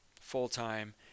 full-time